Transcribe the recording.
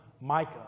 Micah